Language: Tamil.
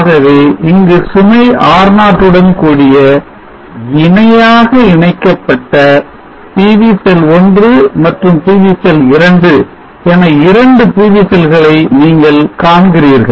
ஆகவே இங்கு சுமை R0 உடன் கூடிய இணையாக இணைக்கப்பட்ட PV செல் 1 மற்றும் PV செல் 2 என 2 PV செல்களை நீங்கள் காண்கிறீர்கள்